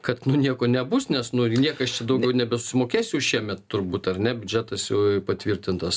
kad nu nieko nebus nes nori niekas čia daugiau nebesumokėsiu šiemet turbūt ar ne biudžetas jau patvirtintas